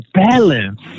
balance